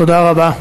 תודה רבה.